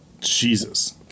Jesus